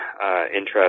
interest